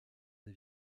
des